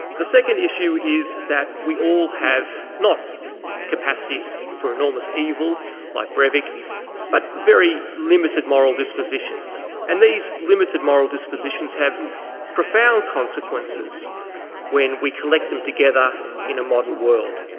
the second issue is that we all have not capacities for enormous evil like brevic but very limited moral dispositions and these limited moral dispositions have profound consequences when we collect them together in a modern world.